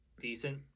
decent